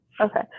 Okay